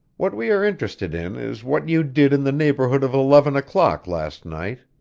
what we are interested in is what you did in the neighborhood of eleven o'clock last night.